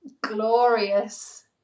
glorious